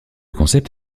concept